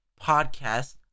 podcast